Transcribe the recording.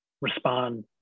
respond